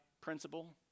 principle